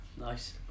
Nice